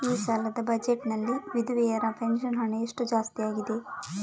ಈ ಸಲದ ಬಜೆಟ್ ನಲ್ಲಿ ವಿಧವೆರ ಪೆನ್ಷನ್ ಹಣ ಎಷ್ಟು ಜಾಸ್ತಿ ಆಗಿದೆ?